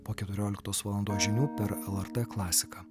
po keturioliktos valandos žinių per lrt klasiką